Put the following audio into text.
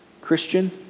Christian